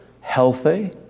healthy